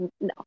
no